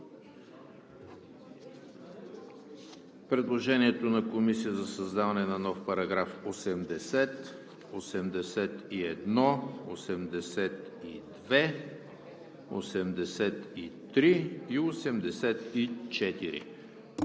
предложението на Комисията за създаване на нови параграфи 80, 81, 82, 83 и 84.